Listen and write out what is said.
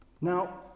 Now